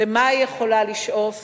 למה היא יכולה לשאוף